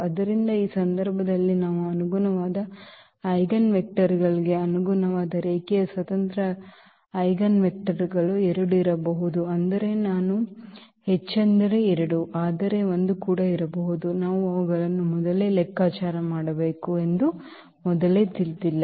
ಆದ್ದರಿಂದ ಈ ಸಂದರ್ಭದಲ್ಲಿ ನಾವು ಅನುಗುಣವಾದ ಐಜೆನ್ವೆಕ್ಟರ್ಗಳಿಗೆ ಅನುಗುಣವಾದ ರೇಖೀಯ ಸ್ವತಂತ್ರ ಐಜೆನ್ವೆಕ್ಟರ್ಗಳು 2 ಇರಬಹುದು ಅಂದರೆ ನಾನು ಹೆಚ್ಚೆಂದರೆ 2 ಆದರೆ 1 ಕೂಡ ಇರಬಹುದು ನಾವು ಅವುಗಳನ್ನು ಮೊದಲೇ ಲೆಕ್ಕಾಚಾರ ಮಾಡಬೇಕು ಎಂದು ಮೊದಲೇ ತಿಳಿದಿಲ್ಲ